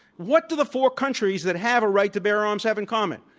what do the four countries that have a right to bear arms have in common?